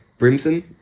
Brimson